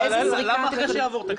למה אחרי שיעבור תקציב?